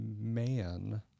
man